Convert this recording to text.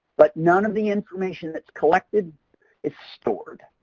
but none of the information that's collected is stored.